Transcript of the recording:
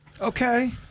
Okay